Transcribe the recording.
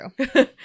true